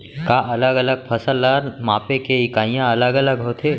का अलग अलग फसल ला मापे के इकाइयां अलग अलग होथे?